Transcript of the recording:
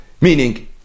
Meaning